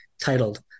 titled